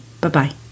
Bye-bye